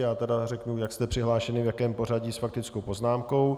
Já tedy řeknu, jak jste přihlášeni, v jakém pořadí, s faktickou poznámkou.